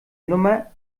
nummer